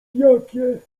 jakie